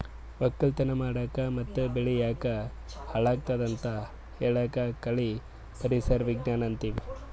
ವಕ್ಕಲತನ್ ಮಾಡಕ್ ಮತ್ತ್ ಬೆಳಿ ಯಾಕ್ ಹಾಳಾದತ್ ಅಂತ್ ಹೇಳಾಕ್ ಕಳಿ ಪರಿಸರ್ ವಿಜ್ಞಾನ್ ಅಂತೀವಿ